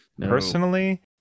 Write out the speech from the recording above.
personally